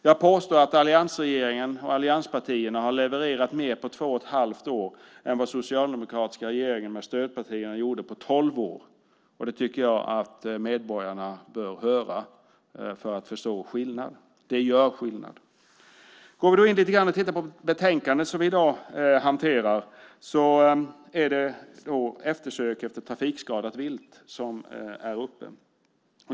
Jag påstår att alliansregeringen och allianspartierna har levererat mer på två och ett halvt år än vad den socialdemokratiska regeringen med stödpartierna gjorde på tolv år, och det tycker jag att medborgarna bör höra för att de ska förstå skillnaden. Det gör skillnad. I betänkandet som vi i dag hanterar tas frågan om eftersök efter trafikskadat vilt upp.